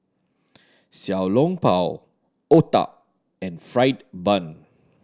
Xiao Long Bao otah and fried bun